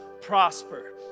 prosper